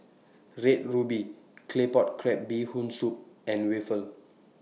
Red Ruby Claypot Crab Bee Hoon Soup and raffle